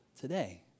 today